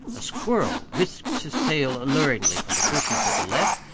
a squirrel whisked his tail alluringly from the bushes at the left,